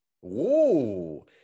Whoa